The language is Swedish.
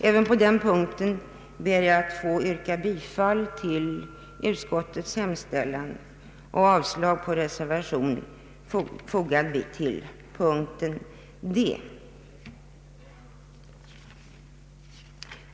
Även på denna punkt ber jag att få yrka bifall till utskottets hemställan och avslag på reservation 3.